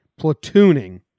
platooning